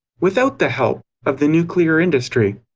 without the help of the nuclear industry.